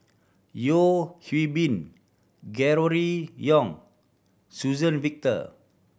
Yeo Hwee Bin Gregory Yong Suzann Victor